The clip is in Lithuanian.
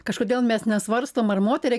kažkodėl mes nesvarstom ar moteriai